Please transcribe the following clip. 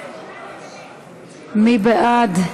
מי בעד?